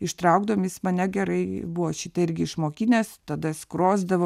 ištraukdavom jis mane gerai buvo šitą irgi išmokinęs tada skrosdavo